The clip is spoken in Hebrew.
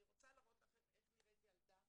אני רוצה להראות לכם איך נראית ילדה